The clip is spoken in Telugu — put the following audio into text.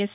ఎస్